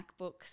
MacBooks